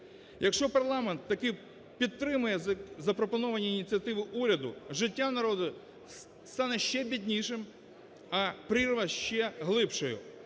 Якщо парламент таки підтримає запропоновані ініціативи уряду, життя народу стане ще біднішим, а прірва ще глибшою.